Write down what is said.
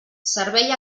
servei